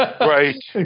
right